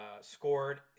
scored